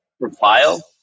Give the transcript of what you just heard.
profile